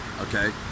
Okay